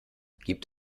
gibt